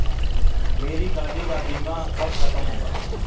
मेरे गाड़ी का बीमा कब खत्म होगा?